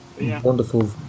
wonderful